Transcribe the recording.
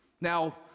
Now